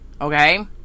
okay